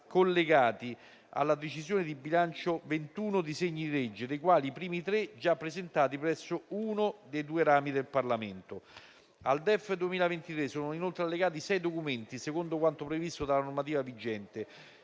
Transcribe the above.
collegati alla decisione di bilancio ventuno disegni di legge, i primi tre dei quali già presentati presso uno dei due rami del Parlamento. Al DEF 2023 sono inoltre allegati sei documenti, secondo quanto previsto dalla normativa vigente.